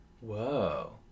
Whoa